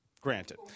granted